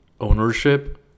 ownership